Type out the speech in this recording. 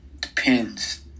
Depends